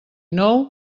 nou